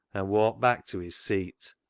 and walked back to his seat.